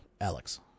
Alex